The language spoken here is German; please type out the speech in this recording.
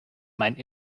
meinen